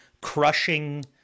crushing